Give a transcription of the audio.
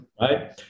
right